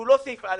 שהוא לא סעיף (א),